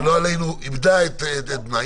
שלא עלינו איבדה את בנה,